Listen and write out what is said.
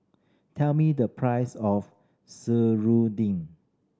tell me the price of seruding